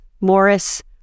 Morris